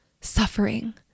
suffering